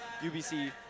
UBC